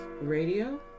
radio